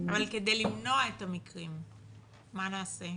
אבל כדי למנוע את המקרים, מה נעשה?